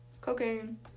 Cocaine